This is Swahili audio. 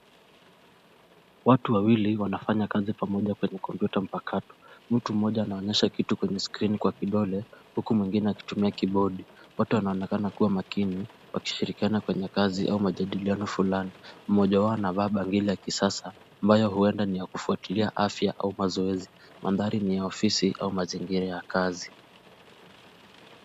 Watu wawili, wanafanya kazi pamoja kwenye kompyuta mpakato. Mtu mmoja anaonyesha kitu kwenye skrini kwa kidole, huku mwingine akitumia kibodi, wote wanaonekana kuwa makini, wakishirikiana kwenye kazi au majadiliano fulani. Mmoja wao amevaa mbangili ya kisasa, ambayo huenda ni ya kufuatilia afya, au mazoezi. Mandhari haya ni ya ofisi, au mazingira ya kazi.